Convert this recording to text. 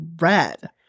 red